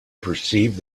perceived